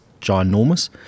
ginormous